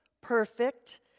perfect